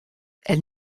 elle